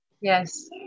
Yes